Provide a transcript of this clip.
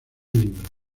libro